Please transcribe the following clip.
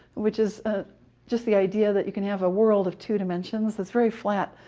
which is ah just the idea that you can have a world of two dimensions that's very flat.